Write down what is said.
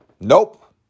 nope